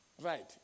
Right